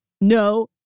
no